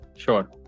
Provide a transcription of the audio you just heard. Sure